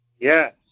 Yes